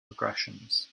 regressions